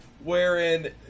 wherein